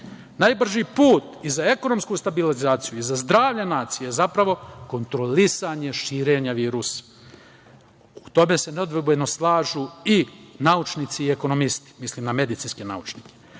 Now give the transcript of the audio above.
prenos. Najbrži put i za ekonomsku stabilizaciju i za zdravlje nacije je zapravo kontrolisanje širenja virusa. U tome se nedvojbeno slažu i naučnici i ekonomisti, mislim na medicinske naučnike. Sa